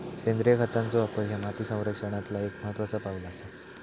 सेंद्रिय खतांचो वापर ह्या माती संरक्षणातला एक महत्त्वाचा पाऊल आसा